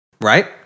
right